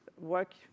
work